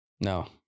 No